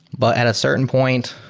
but at a certain point,